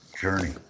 journey